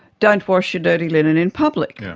don't wash your dirty linen in public.